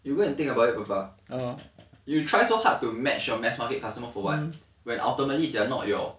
you go and think about it you try so hard to match your mass market customer for what when ultimately they're not your